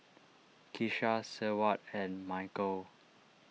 Keesha Seward and Mychal